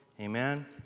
Amen